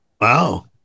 Wow